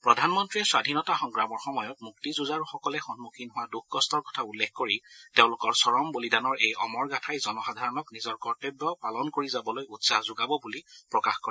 প্ৰধানমন্ত্ৰীয়ে স্বধীনতা সংগ্ৰামৰ সময়ত মুক্তিযুঁজাৰুসকলে সন্মুখীন হোৱা দুখ কষ্টৰ কথা উল্লেখ কৰি তেওঁলোকৰ চৰম বলিদানৰ এই অমৰ গাঁথাই জনসাধাৰণক নিজৰ কৰ্তব্য পালন কৰি যাবলৈ উৎসাহ যোগাব বুলি প্ৰকাশ কৰে